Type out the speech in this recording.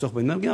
לחסוך באנרגיה.